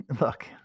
look